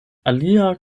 alia